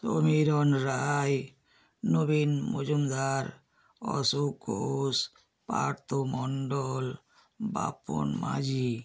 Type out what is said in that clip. Samiran Roy Nabin Majumdar Ashok Ghosh Partha Mondal Bapan Majhi